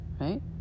right